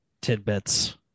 tidbits